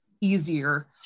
easier